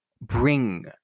bring